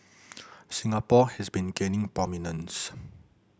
Singapore has been gaining prominence